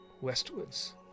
Westwards